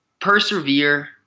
persevere